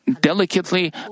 Delicately